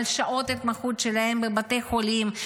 על שעות ההתמחות שלהם בבתי חולים,